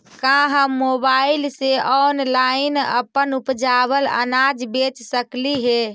का हम मोबाईल से ऑनलाइन अपन उपजावल अनाज बेच सकली हे?